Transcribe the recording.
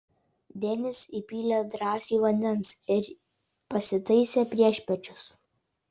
denis įpylė drąsiui vandens ir pasitaisė priešpiečius